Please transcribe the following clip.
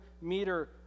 meter